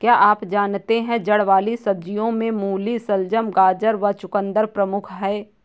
क्या आप जानते है जड़ वाली सब्जियों में मूली, शलगम, गाजर व चकुंदर प्रमुख है?